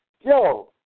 yo